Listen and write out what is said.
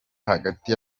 hagati